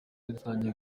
ritangiye